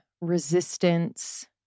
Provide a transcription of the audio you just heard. resistance